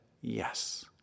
yes